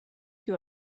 you